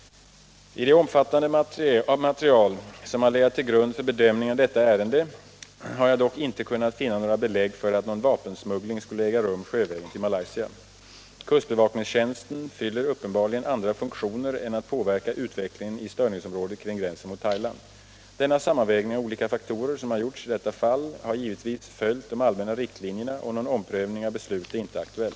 I det omfattande material som har legat till grund för bedömningen av detta ärende har jag dock inte kunnat finna några belägg för att någon vapensmuggling skulle äga rum sjövägen till Malaysia: Kustbevakningstjänsten fyller uppenbarligen andra funktioner än att påverka utvecklingen i störningsområdet kring gränsen mot Thailand. Den sammanvägning av olika faktorer som har gjorts i detta fall har givetvis följt de allmänna riktlinjerna, och någon omprövning av beslutet är inte aktuell.